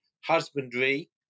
husbandry